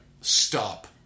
Stop